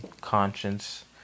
conscience